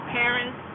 parents